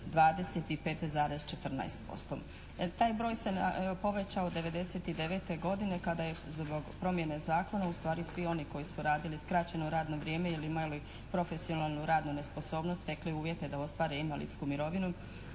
25,14%. Taj broj se povećao 99. godine kada je zbog promjene zakona, ustvari svi oni koji su radili skraćeno radno vrijeme ili imali profesionalnu radnu nesposobnost stekli uvjete da ostvare invalidsku mirovinu